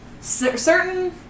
certain